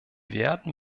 werden